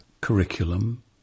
curriculum